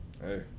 Hey